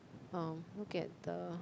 oh look at the